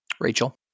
Rachel